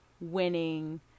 winning